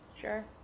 Sure